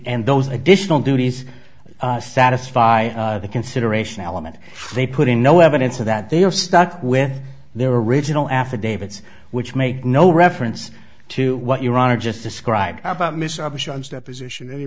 and those additional duties satisfy the consideration element they put in no evidence of that they have stuck with their original affidavits which make no reference to what your honor just described about